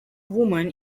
woman